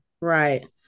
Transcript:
Right